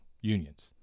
unions